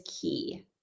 key